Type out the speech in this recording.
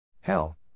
Hell